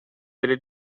delle